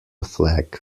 flag